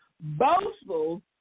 Boastful